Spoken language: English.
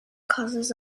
causes